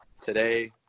Today